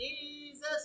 Jesus